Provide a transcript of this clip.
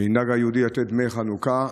ומנהג יהודי הוא לתת דמי חנוכה.